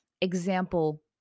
example